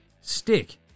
stick